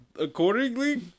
Accordingly